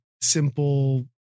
simple